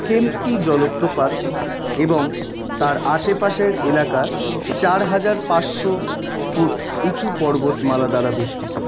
কেম্প্টি জলপ্রপাত এবং তার আশেপাশের এলাকা চার হাজার পাঁচশো ফুট উঁচু পর্বতমালা দ্বারা বেষ্টিত